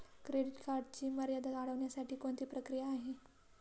Credit कार्डची मर्यादा वाढवण्यासाठी कोणती प्रक्रिया आहे?